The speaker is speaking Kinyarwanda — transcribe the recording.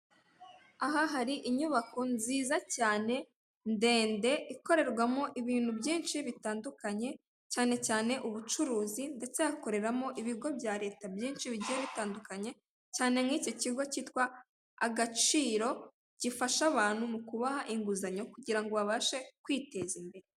Aha hari inyubako nziza cyane, ndende ikorerwamo ibintu byinshi bitandukanye cyane cyane ubucuruzi ndetse hakoreramo ibigo bya leta byinshi bigiye bitandukanye, cyane nk'icyo kigo cyitwa Agaciro gifasha abantu mu kubaha inguzanyo kugira ngo babashe kwiteza imbere.